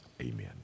Amen